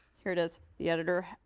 here it is, the editor,